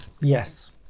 Yes